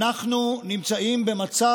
אנחנו נמצאים במצב,